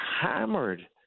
hammered